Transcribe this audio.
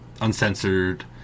uncensored